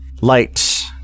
Light